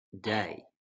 day